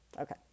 okay